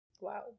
Wow